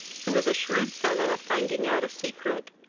who was a shrewd fellow at finding out a secret,